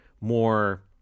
more